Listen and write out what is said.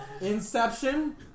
Inception